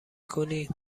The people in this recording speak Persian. کنی